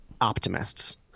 optimists